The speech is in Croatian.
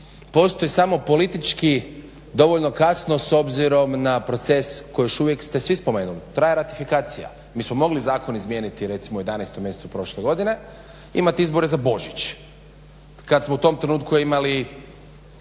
postoji samo politički dovoljno kasno s obzirom na proces koji još uvijek, ste svi spomenuli, traje ratifikacija. Mi smo mogli zakon izmijeniti recimo u 11. mjesecu prošle godine, imati izbore za Božić. Kad smo u tom trenutku imali